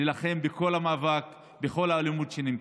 להיאבק בכל האלימות שנמצאת.